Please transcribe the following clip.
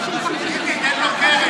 בוא, בוא.